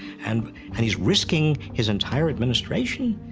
and and he's risking his entire administration?